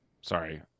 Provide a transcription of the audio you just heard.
sorry